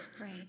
Right